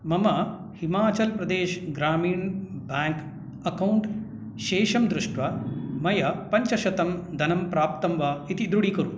मम Himachal Pradesh Gramin bank account शेषं दृष्ट्वा मया पञ्चशतं धनं प्राप्तं वा इति दृढीकुरु